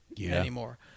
anymore